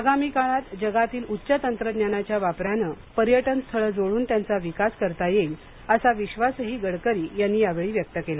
आगामी काळात जगातील उच्च तंत्रज्ञानाच्या वापराने पर्यटन स्थळ जोडून त्यांचा विकास करता येईल असा विश्वासही गडकरी यांनी यावेळी व्यक्त केला